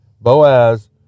Boaz